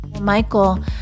michael